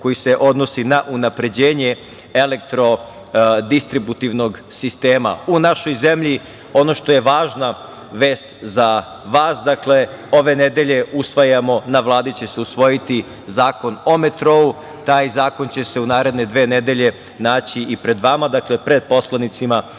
koji se odnosi na unapređenje elektrodistributivnog sistema u našoj zemlji. Ono što je važna vest za vas jeste da ove nedelje usvajamo, na Vladi će se usvojiti zakon o metrou. Taj zakon će se u naredne dve nedelje naći i pred vama, pred poslanicima